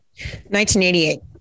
1988